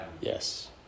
Yes